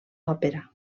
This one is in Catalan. òpera